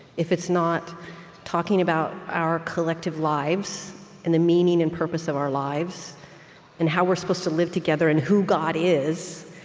if it's not talking about our collective lives and the meaning and purpose of our lives and how we're supposed to live together and who god is,